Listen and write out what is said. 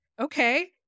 okay